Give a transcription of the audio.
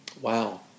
Wow